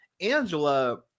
Angela